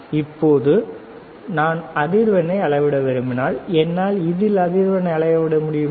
இப்போது இப்போது நான் அதிர்வெண்ணை அளவிட விரும்பினால் என்னால் இதில் அதிர்வினை அளவிட முடியுமா